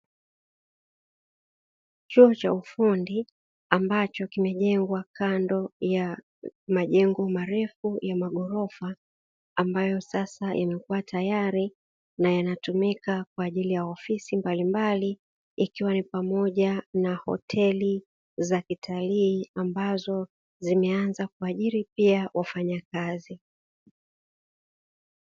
Chuo cha ufundi ambacho kimejengwa kando ya majengo marefu ya maghorofa ambayo sasa yamekuwa tayari na yanatumika kwa ajili ya ofisi mbalimbali; ikiwa ni pamoja na hoteli za kitalii ambazo zimeanza kuajiri pia wafanyakazi.